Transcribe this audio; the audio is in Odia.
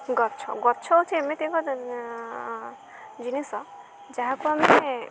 ଗଛ ଗଛ ହଉଚି ଏମିତି ଏକ ଜିନିଷ ଯାହାକୁ ଆମେ